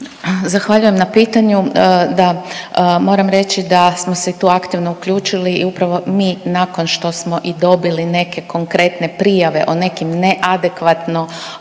Zahvaljujem na pitanju. Da, moram reći da smo se tu aktivno uključili i upravo mi nakon što smo i dobili neke konkretne prijave o nekim neadekvatno